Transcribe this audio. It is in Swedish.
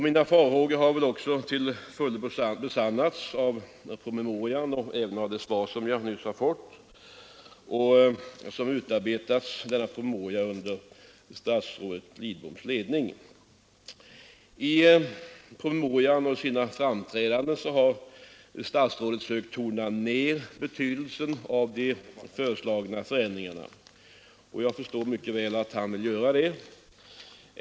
Mina farhågor har också till fullo besannats i den promemoria som utarbetats under statsrådet Lidboms ledning och i det svar jag nyss har fått. I departementspromemorian och i sina framträdanden har statsrådet sökt tona ner betydelsen av de föreslagna förändringarna, och jag förstår mycket väl att han vill göra det.